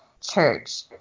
church